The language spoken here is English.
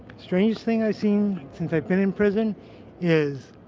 strangest thing i've seen since i've been in prison is